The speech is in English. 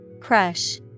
Crush